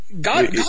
God